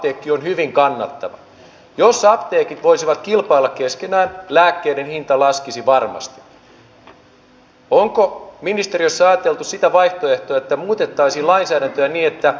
tosiasia on se että tämä kansa tarvitsee enemmän liikuntaa ja vähemmän viinaa ja siitä me voimme varmasti kaikki olla yksimielisiä